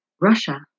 Russia